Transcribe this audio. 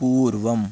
पूर्वम्